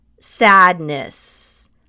sadness